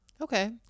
Okay